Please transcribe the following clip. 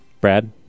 Brad